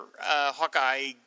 Hawkeye